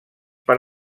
per